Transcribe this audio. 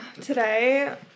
Today